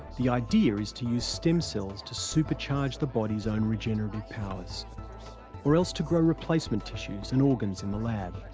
the idea is to use stem cells to supercharge the body's own regenerative powers or else to grow replacement tissues and organs in the lab.